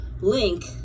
link